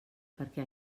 perquè